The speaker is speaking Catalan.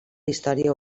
història